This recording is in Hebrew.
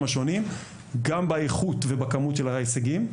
השונים גם באיכות ובכמות של ההישגים.